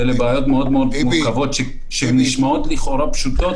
ואלה בעיות מאוד מורכבות שנשמעות לכאורה פשוטות,